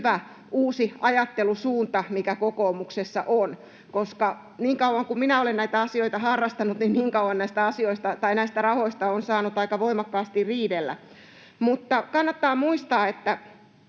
hyvä uusi ajattelusuunta, mikä kokoomuksessa on, koska niin kauan, kun minä olen näitä asioita harrastanut, näistä rahoista on saanut aika voimakkaasti riidellä. Mutta kannattaa muistaa, että